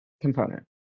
component